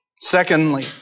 Secondly